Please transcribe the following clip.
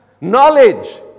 Knowledge